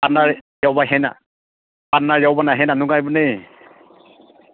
partner ꯌꯥꯎꯕ ꯍꯦꯟꯟ partner ꯌꯥꯎꯕꯅ ꯍꯦꯟꯅ ꯅꯨꯡꯉꯥꯏꯕꯅꯦ